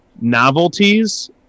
novelties